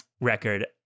record